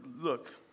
look